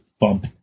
bump